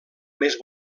més